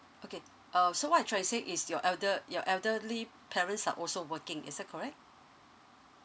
okay uh so what I trying to say is your elder your elderly parents are also working is that correct